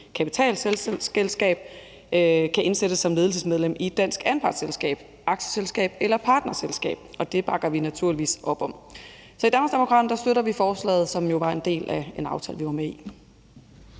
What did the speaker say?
kapitalselskab, kan indsættes som ledelsesmedlem i et dansk anpartsselskab, aktieselskab eller partnerselskab, og det bakker vi naturligvis op om. Så i Danmarksdemokraterne støtter vi forslaget, som jo var en del af en aftale, vi var med i.